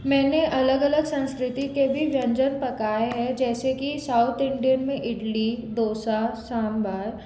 मैंने अलग अलग संस्कृति के भी व्यंजन पकाए है जैसे कि साउथ इंडियन में इडली डोसा सांभर